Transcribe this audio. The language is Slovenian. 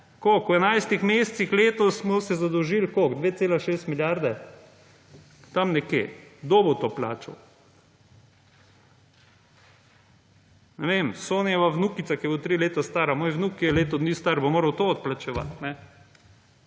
kot česa. V 11 mesecih letos smo se zadolžili – koliko – 2,6 milijarde, tam nekje. Kdo bo to plačal? Ne vem, Sonijeva vnukica, ki bo 3 leta stara. Moj vnuk je leto dni star bo moral to odplačevati.